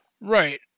Right